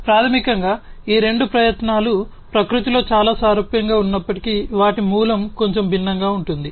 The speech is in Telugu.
కాబట్టి ప్రాథమికంగా ఈ రెండు ప్రయత్నాలు ప్రకృతిలో చాలా సారూప్యంగా ఉన్నప్పటికీ వాటి మూలం కొంచెం భిన్నంగా ఉంటుంది